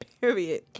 Period